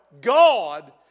God